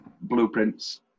blueprints